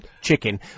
Chicken